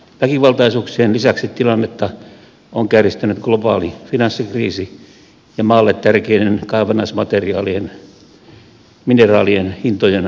väkivaltaisuuksien lisäksi tilannetta on kärjistänyt globaali finanssikriisi ja maalle tärkeiden kaivannaismineraalien hintojen romahtaminen